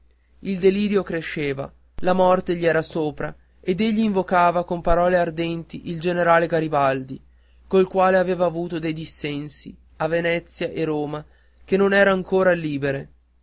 il delirio cresceva la morte gli era sopra ed egli invocava con parole ardenti il generale garibaldi col quale aveva avuto dei dissensi e venezia e roma che non erano ancor libere